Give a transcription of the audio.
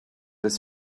his